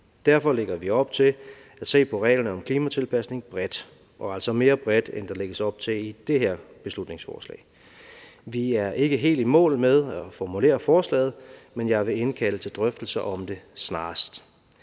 Derfor lægger vi op til at se på reglerne om klimatilpasning bredt og altså mere bredt, end der lægges op til i det her beslutningsforslag. Vi er ikke helt i mål med at formulere forslaget, men jeg vil indkalde til drøftelser om det snarest.